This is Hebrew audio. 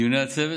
בדיוני הצוות,